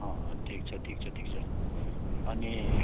अँ ठिक छ ठिक छ ठिक छ अनि